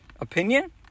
opinion